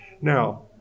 Now